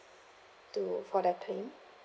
to for the claim